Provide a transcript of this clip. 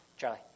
Charlie